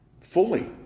fully